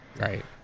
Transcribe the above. Right